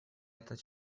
этот